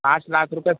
पाँच लाख रूपये